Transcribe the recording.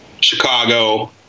Chicago